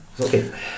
Okay